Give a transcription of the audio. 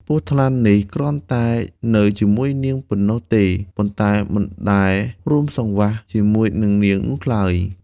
ពស់ថ្លាន់នេះគ្រាន់តែនៅជាមួយនាងប៉ុណ្ណោះទេ ប៉ុន្ដែមិនដែលរួមសង្វាស់ ជាមួយនិងនាងនោះឡើយ។